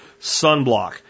sunblock